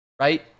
Right